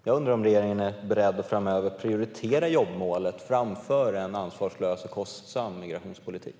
Jag undrar om regeringen är beredd att framöver prioritera jobbmålet framför en ansvarslös och kostsam migrationspolitik.